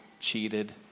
cheated